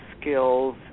skills